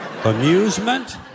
Amusement